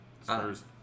Spurs